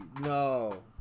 no